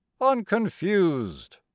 unconfused